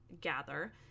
gather